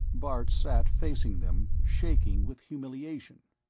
bart sat facing them, shaking with humiliation.